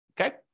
okay